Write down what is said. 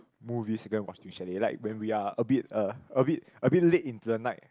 movies and then watch in chalet like when we are a bit uh a bit a bit late into the night